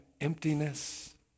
emptiness